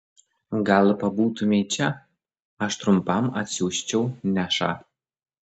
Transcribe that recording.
gal pabūtumei čia aš trumpam atsiųsčiau nešą